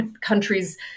countries